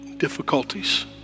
difficulties